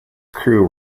crew